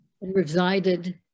resided